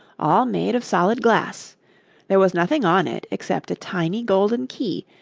all made of solid glass there was nothing on it except a tiny golden key,